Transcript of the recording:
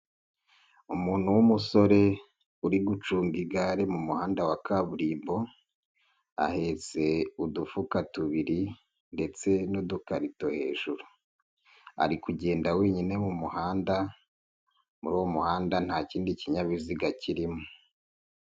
Umuntu w'umusore uri gucunga igare mu muhanda wa kaburimbo ahetse udufuka tubiri ndetse n'udukarito hejuru, ari kugenda wenyine mu muhanda, muri uwo muhanda nta kindi kinyabiziga kirimo.